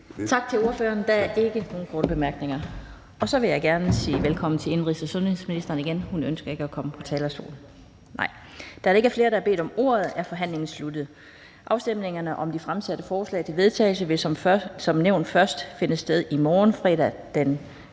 Tak til ordføreren. Der er ikke nogen korte bemærkninger. Så vil jeg gerne igen sige velkommen til indenrigs- og sundhedsministeren. Nej, hun ønsker ikke at komme på talerstolen. Da der ikke er flere, der har bedt om ordet, er forhandlingen sluttet. Afstemningerne om de fremsatte forslag til vedtagelse vil som nævnt først finde sted i morgen, fredag den